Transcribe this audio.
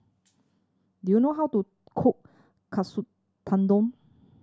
do you know how to cook Katsu Tendon